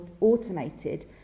automated